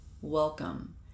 Welcome